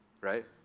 right